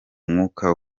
mwuka